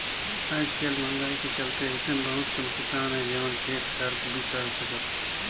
आयज कायल मंहगाई के चलते अइसन बहुत कम किसान हे जेमन खेत खार बिसा सकत हे